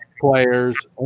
players